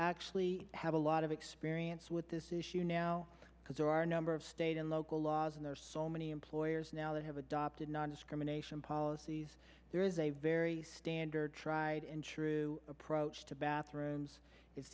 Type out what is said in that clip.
actually have a lot of experience with this issue now because there are a number of state and local laws and there are so many employers now that have adopted nondiscrimination policies there is a very standard tried and true approach to bathrooms i